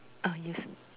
ah yes